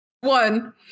One